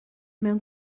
mewn